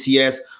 ATS